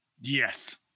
Yes